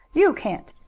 you can't,